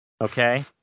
okay